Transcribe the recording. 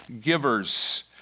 givers